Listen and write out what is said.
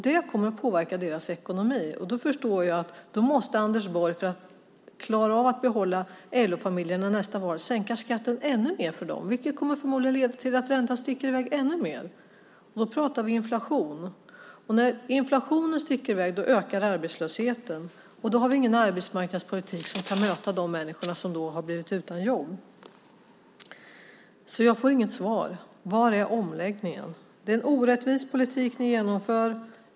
Det kommer att påverka deras ekonomi, och då förstår jag att Anders Borg för att klara av att behålla LO-familjerna nästa val måste sänka skatten ännu mer för dem. Det kommer förmodligen att leda till att räntan sticker i väg ännu mer. Då pratar vi om inflation. Och när inflationen sticker i väg ökar arbetslösheten, och då har vi ingen arbetsmarknadspolitik som kan möta de människor som blir utan jobb. Jag får alltså inget svar. Var är omläggningen? Det är en orättvis politik ni genomför.